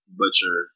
butcher